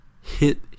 Hit